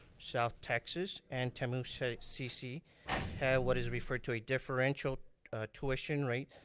south texas and tamu-cc, have what is referred to a differential tuition rate,